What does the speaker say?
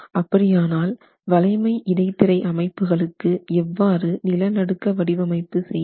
அப்படியானால் வளைமை இடைத்திரை அமைப்புகளுக்கு எவ்வாறு நிலநடுக்க வடிவமைப்பு செய்வது